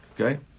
Okay